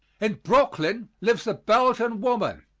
in brooklyn lives a belgian woman.